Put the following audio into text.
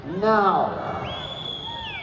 Now